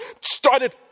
started